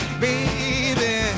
baby